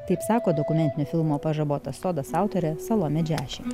taip sako dokumentinio filmo pažabotas sodas autorė salomė džiaši